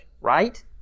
right